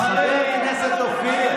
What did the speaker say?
חבר הכנסת אופיר.